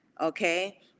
okay